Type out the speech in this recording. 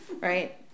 right